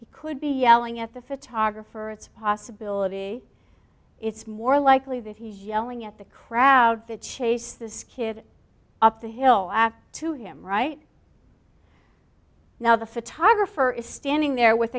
he could be yelling at the photographer it's a possibility it's more likely that he's yelling at the crowd to chase this kid up the hill to him right now the photographer is standing there with